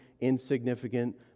insignificant